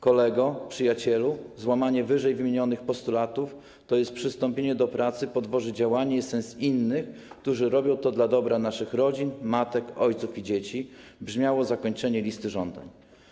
Kolego, przyjacielu, złamanie ww. postulatów, tj. przystąpienie do pracy, podważy działanie i sens innych, którzy robią to dla dobra naszych rodzin, matek, ojców i dzieci - brzmiało zakończenie listy żądań.